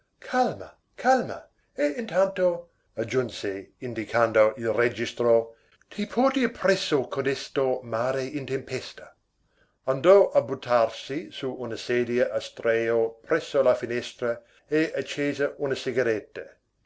calma calma e intanto aggiunse indicando il registro ti porti appresso codesto mare in tempesta andò a buttarsi su una sedia a sdrajo presso la finestra e accese una sigaretta